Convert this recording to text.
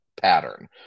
pattern